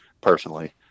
personally